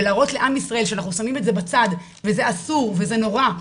ולהראות לעם ישראל שאנחנו שמים את זה בצד וזה אסור וזה נורא,